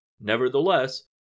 Nevertheless